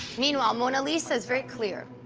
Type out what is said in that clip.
meanwhile, mona lisa is very clear.